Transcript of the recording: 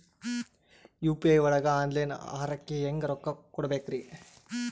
UPI ಒಳಗ online ಆಹಾರಕ್ಕೆ ಹೆಂಗ್ ರೊಕ್ಕ ಕೊಡಬೇಕ್ರಿ?